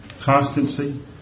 constancy